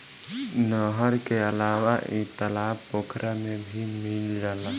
नहर के अलावा इ तालाब पोखरा में भी मिल जाला